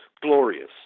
Glorious